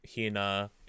Hina